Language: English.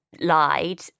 lied